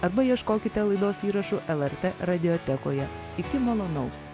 arba ieškokite laidos įrašų lrt radiotekoje iki malonaus